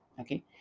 okay